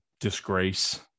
disgrace